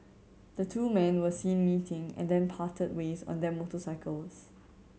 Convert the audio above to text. the two men were seen meeting and then parted ways on their motorcycles